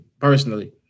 personally